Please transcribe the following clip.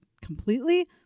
completely